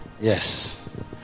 Yes